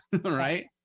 right